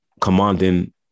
commanding